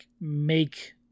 make